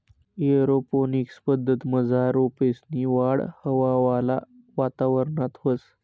aeroponics पद्धतमझार रोपेसनी वाढ हवावाला वातावरणात व्हस